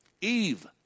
Eve